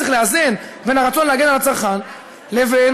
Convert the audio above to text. צריך לאזן בין הרצון להגן על הצרכן לבין,